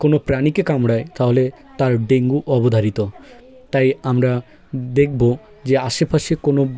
কোনো প্রাণীকে কামড়ায় তাহলে তার ডেঙ্গু অবধারিত তাই আমরা দেখবো যে আশেপাশে কোনো